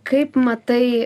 kaip matai